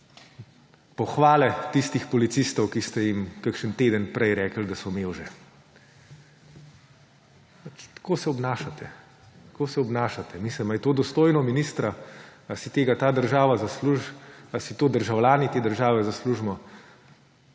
pohvale tistih policistov, ki ste jim kakšen teden prej rekli, da so mevže. Tako se obnašate. Tako se obnašate. Ali je to dostojno ministra? A si to ta država zasluži? A si to državljani te države zaslužimo?